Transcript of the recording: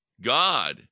God